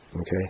Okay